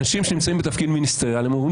אנשים שנמצאים בתפקיד מיניסטריאלי אומרים